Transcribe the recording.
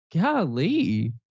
Golly